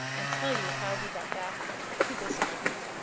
and tell you how he got back to this country.